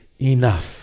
Enough